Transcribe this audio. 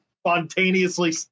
spontaneously